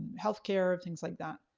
healthcare and things like that.